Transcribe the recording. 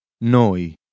Noi